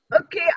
Okay